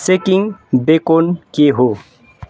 shaking bacon के हो